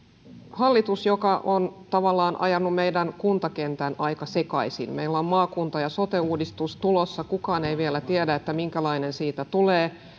hallitus joka on tavallaan ajanut meidän kuntakentän aika sekaisin meillä on maakunta ja sote uudistus tulossa kukaan ei vielä tiedä minkälainen siitä tulee